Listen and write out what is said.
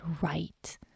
right